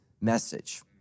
message